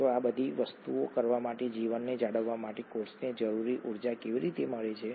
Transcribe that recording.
તો આ બધી વસ્તુઓ કરવા અને જીવનને જાળવવા માટે કોષને જરૂરી ઉર્જા કેવી રીતે મળે છે